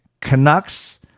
canucks